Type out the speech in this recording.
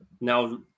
now